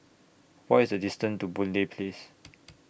What IS The distance to Boon Lay Place